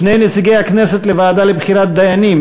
שני נציגי הכנסת לוועדה לבחירת דיינים,